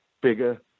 bigger